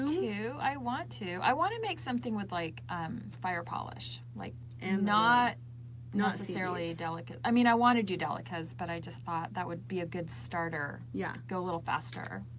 i want to, i want to make something with like fire polish, like and not necessarily a delica. i mean i want to do delica's but i just thought that would be a good starter, yeah go a little faster.